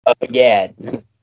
again